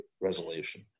resolution